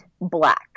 Black